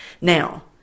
Now